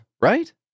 Right